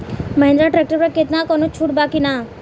Mahindra tractor पर केतना कौनो छूट बा कि ना?